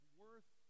worth